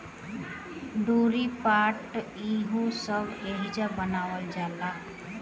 डोरी, पाट ई हो सब एहिसे बनावल जाला